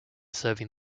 serving